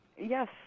Yes